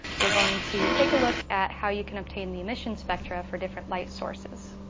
we're going to take a look at how you can obtain the emission spectra for different light sources.